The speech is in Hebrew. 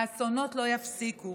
האסונות לא ייפסקו.